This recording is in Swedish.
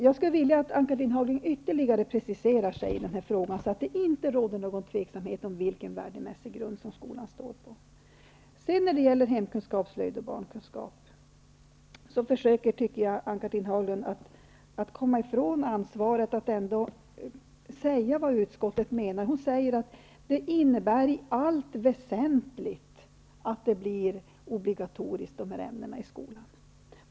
Jag vill att Ann-Cathrine Haglund ytterligare preciserar sig i den här frågan så att det inte råder några tvivel om på vilken värdemässig grund skolan skall stå på. Vidare har vi hemkunskap, slöjd och barnkunskap. Ann-Cathrine Haglund försöker komma ifrån ansvaret att säga vad utskottet menar. Hon säger att dessa ämnen i allt väsentligt kommer att bli obligatoriska i skolan.